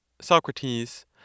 Socrates